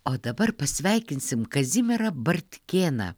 o dabar pasveikinsim kazimierą bartkėną